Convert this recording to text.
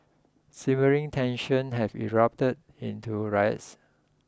simmering tensions have erupted into riots